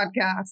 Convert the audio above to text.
podcast